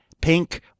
pink